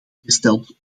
gesteld